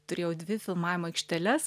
turėjau dvi filmavimo aikšteles